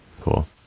Cool